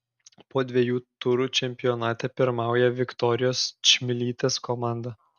po dviejų turų čempionate pirmauja viktorijos čmilytės komanda